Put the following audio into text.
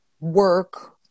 work